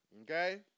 Okay